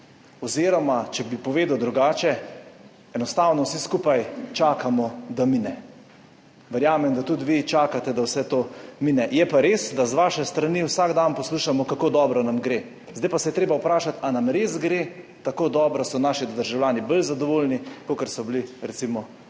oziroma če bi povedal drugače, »enostavno vsi skupaj čakamo, da mine«. Verjamem, da tudi vi čakate, da vse to mine. Je pa res, da z vaše strani vsak dan poslušamo, kako dobro nam gre. Zdaj pa se je treba vprašati, ali nam res gre tako dobro, so naši državljani bolj zadovoljni, kakor so bili recimo